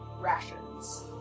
rations